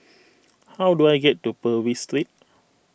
how do I get to Purvis Street